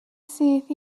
syth